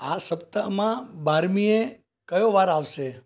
આ સપ્તાહમાં બારમીએ કયો વાર આવશે